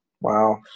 wow